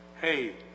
hey